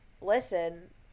listen